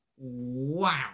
wow